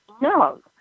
No